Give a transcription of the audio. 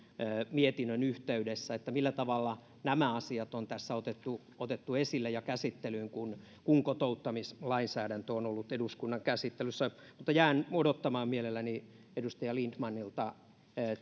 mietinnön yhteydessä millä tavalla nämä asiat on tässä otettu otettu esille ja käsittelyyn kun kun kotouttamislainsäädäntö on ollut eduskunnan käsittelyssä jään odottamaan mielelläni edustaja lindtmanilta